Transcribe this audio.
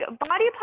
body